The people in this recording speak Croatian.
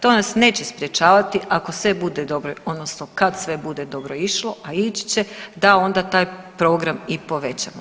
To nas neće sprječavati ako sve bude dobro odnosno kad sve bude dobro išlo, a ići će da onda taj program i povećamo.